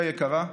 אשתי היקרה,